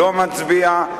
לא מצביעים.